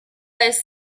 类似